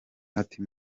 ati